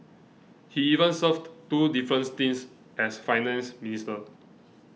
he even served two different stints as Finance Minister